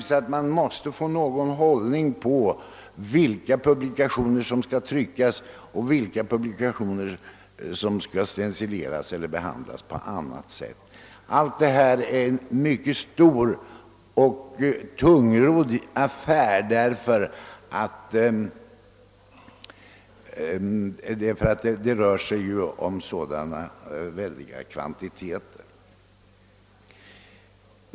Vidare måste klarhet skapas om vilka publikationer som skall tryckas och vilka som skall stencileras eller framställas på annat sätt. På grund av att det här rör sig om sådana oerhörda kvantiteter är det en mycket stor och tungrodd apparat.